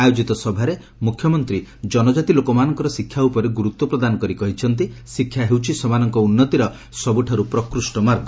ଆୟୋଜିତ ସଭାରେ ମୁଖ୍ୟମନ୍ତୀ ଜନଜାତି ଲୋକମାନଙ୍କର ଶିକ୍ଷା ଉପରେ ଗୁରୁତ୍ୱପ୍ରଦାନ କରି କହିଛନ୍ତି ଶିକ୍ଷା ହେଉଛି ସେମାନଙ୍କ ଉନ୍ନତିର ସବୁଠାରୁ ପ୍ରକୃଷ୍ ମାର୍ଗ